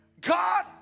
God